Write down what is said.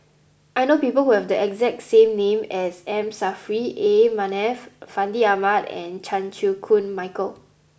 I know people who have the exact name as M Saffri A Manaf Fandi Ahmad and Chan Chew Koon Michael